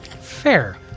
Fair